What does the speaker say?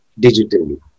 digitally